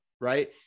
right